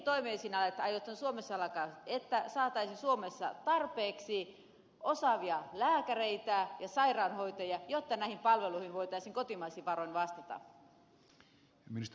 mihin toimiin aiotte suomessa alkaa että saataisiin suomessa tarpeeksi osaavia lääkäreitä ja sairaanhoitajia jotta näihin palveluihin voitaisiin kotimaisin varoin vastata